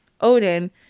Odin